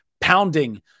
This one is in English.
pounding